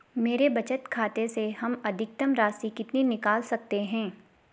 मेरे बचत खाते से हम अधिकतम राशि कितनी निकाल सकते हैं?